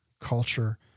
culture